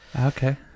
Okay